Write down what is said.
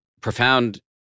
profound